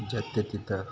ಜಾತ್ಯತೀತ